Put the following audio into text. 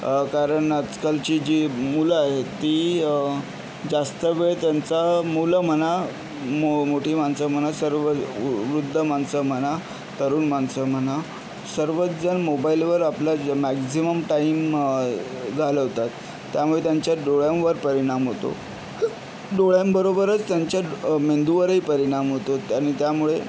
कारण आजकालची जी मुलं आहेत ती जास्त वेळ त्यांचा मुलं म्हणा मो मोठी माणसं म्हणा सर्व वृद्ध माणसं म्हणा तरुण माणसं म्हणा सर्वचजण मोबाइलवर आपला मॅक्झिमम टाइम घालवतात त्यामुळे त्यांच्या डोळ्यांवर परिणाम होतो डोळ्यांबरोबरच त्यांच्या मेंदूवरही परिणाम होतो आणि त्यामुळे